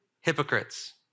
hypocrites